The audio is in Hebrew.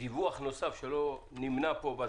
דיווח נוסף, שלא נמנע פה.